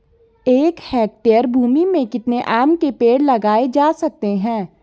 एक हेक्टेयर भूमि में कितने आम के पेड़ लगाए जा सकते हैं?